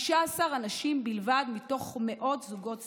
15 אנשים בלבד מתוך מאות זוגות צעירים,